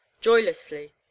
joylessly